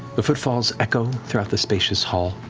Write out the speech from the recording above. the footfalls echo throughout the spacious hall,